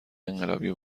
انقلابی